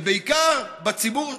ובעיקר בציבור היחידי,